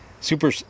super